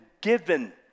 given